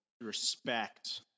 Respect